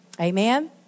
Amen